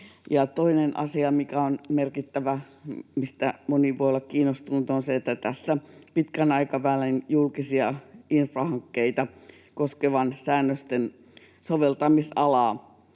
ja mistä moni voi olla kiinnostunut, on se, että tässä laajennetaan pitkän aikavälin julkisia infrahankkeita koskevien säännösten soveltamisalaa.